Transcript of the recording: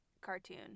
cartoon